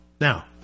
Now